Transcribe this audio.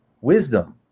Wisdom